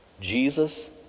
Jesus